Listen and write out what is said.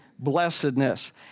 blessedness